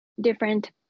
different